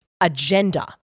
agenda